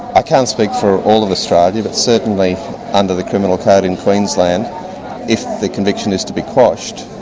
i can't speak for all of australia, but certainly under the criminal code in queensland if the conviction is to be quashed,